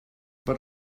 but